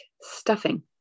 stuffing